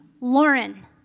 Lauren